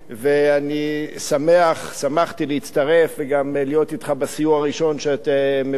ואני שמחתי להצטרף וגם להיות אתך בסיור הראשון שאתה עושה,